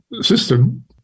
system